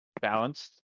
balanced